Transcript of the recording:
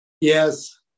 Yes